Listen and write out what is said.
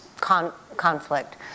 conflict